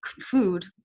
food